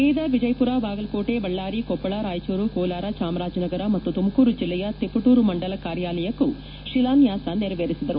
ಬೀದರ್ ವಿಜಯಪುರ ಬಾಗಲಕೋಟೆ ಬಳ್ಳಾರಿ ಕೊಪ್ಪಳ ರಾಯಚೂರು ಕೋಲಾರ ಚಾಮರಾಜನಗರ ಮತ್ತು ತುಮಕೂರು ಜಿಲ್ಲೆಯ ತಿಪಟೂರು ಮಂಡಲ ಕಾರ್ಯಾಲಯಕ್ಕೂ ಶಿಲಾನ್ವಾಸ ನೆರವೇರಿಸಿದರು